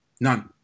none